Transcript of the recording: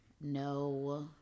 No